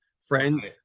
friends